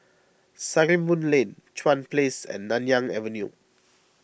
Sarimbun Lane Chuan Place and Nanyang Avenue